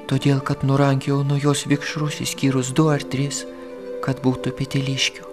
todėl kad nurankiojau nuo jos vikšrus išskyrus du ar tris kad būtų peteliškių